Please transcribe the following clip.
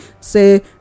say